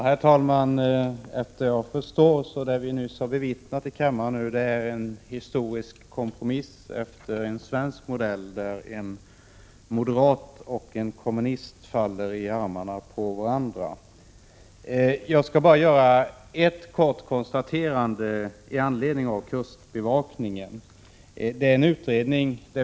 Herr talman! Efter vad jag förstår är det som vi nyss har bevittnat i kammaren en historisk kompromiss efter svensk modell, där en moderat och en kommunist faller i armarna på varandra. Jag skall bara göra ett kort konstaterande med anledning av reservationen om kustbevakningen.